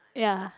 ya